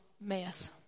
mess